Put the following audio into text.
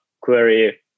query